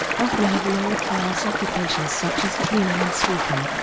often have lower-class occupations such as cleaning and sweeping.